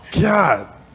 god